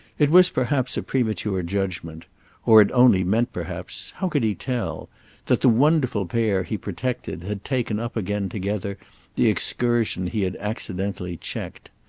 it was perhaps a premature judgement or it only meant perhaps how could he tell that the wonderful pair he protected had taken up again together the excursion he had accidentally checked.